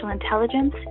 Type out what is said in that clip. intelligence